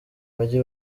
bajye